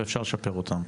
ואפשר לשפר אותן.